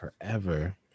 forever